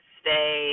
stay